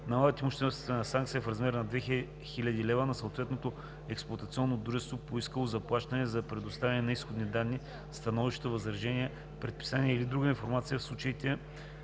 налага имуществена санкция в размер на 2000 лв. на съответното експлоатационно дружество, поискало заплащане за предоставяне на изходни данни, становища, възражения, предписания или друга информация в случаите